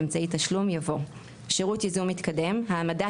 באמצעי תשלום" יבוא: ""שירות ייזום מתקדם" - העמדה